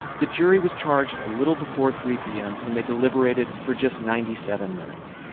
the jury was charged a little before three p m. and they deliberated for just ninety seven minutes.